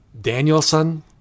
Danielson